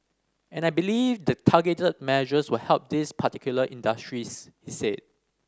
and I believe the targeted measures will help these particular industries said